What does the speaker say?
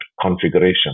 configuration